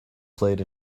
played